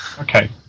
Okay